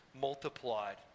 multiplied